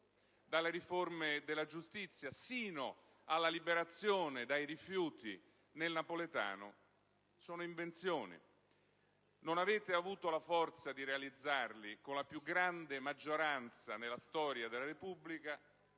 dalle riforme della giustizia fino alla liberazione dai rifiuti nel napoletano - sono invenzioni. Non avete avuto la forza di realizzarli con la più grande maggioranza della storia della Repubblica,